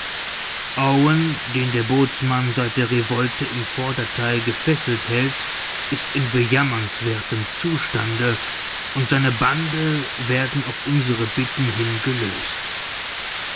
owen den der bootsmann seit der revolte im vordertheil gefesselt hält ist in bejammernswerthem zustande und seine bande werden auf unsere bitten hin gelöst